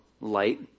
light